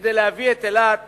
כדי להביא את אילת